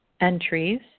entries